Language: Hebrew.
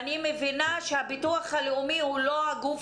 אני מבינה שהביטוח הלאומי הוא לא הגוף